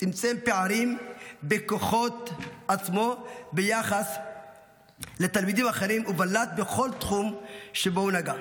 צמצם פערים בכוחות עצמו ביחס לתלמידים אחרים ובלט בכל תחום שבו הוא נגע.